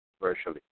virtually